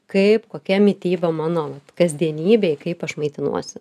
kaip kokia mityba mano vat kasdienybėj kaip aš maitinuosi